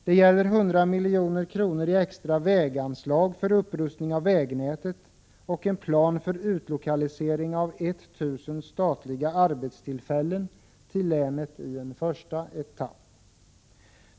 Det gäller 100 milj.kr. i extra väganslag för upprustning för vägnätet. Det gäller en plan för utlokalisering av 1 000 statliga arbetstillfällen till länet i en första etapp.